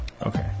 Okay